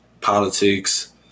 politics